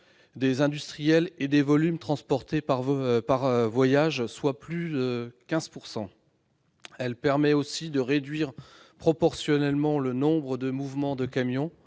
des industriels et les volumes transportés par voyage, représentant une augmentation de 15 %. Elle permet aussi de réduire proportionnellement le nombre de mouvements de camions,